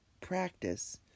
practice